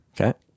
okay